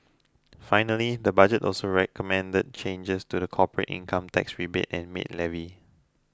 finally the budget also recommended changes to the corporate income tax rebate and maid levy